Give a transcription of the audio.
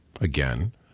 again